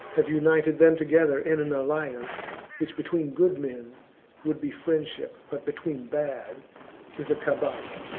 have united them together in an alliance which between good men would be friendship, but between bad is a cabal.